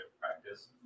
practice